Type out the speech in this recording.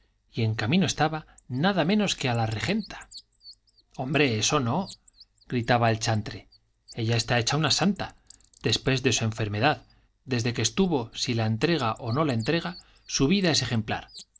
y en camino estaba nada menos que a la regenta hombre eso no gritaba el chantre ella está hecha una santa después de su enfermedad desde que estuvo si la entrega o no la entrega su vida es ejemplar